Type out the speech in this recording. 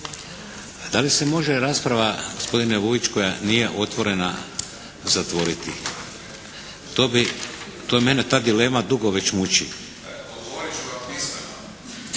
Da li se može rasprava gospodine Vujić koja nije otvorena zatvoriti. To bi, to mene ta dilema dugo već muči.